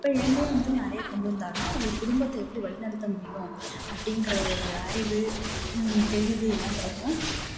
அப்போலேருந்தே வந்து நிறையா கொண்டு வந்தா தான் ஒரு குடும்பத்தை எப்படி வழி நடத்த முடியும் அப்படிங்குற ஒரு அறிவு தெளிவு எல்லா கிடைக்கும்